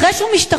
אחרי שהוא משתחרר,